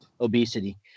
obesity